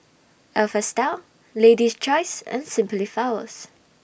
Alpha Style Lady's Choice and Simply Flowers